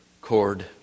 cord